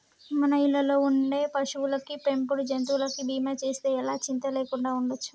మన ఇళ్ళల్లో ఉండే పశువులకి, పెంపుడు జంతువులకి బీమా చేస్తే ఎలా చింతా లేకుండా ఉండచ్చు